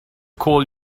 call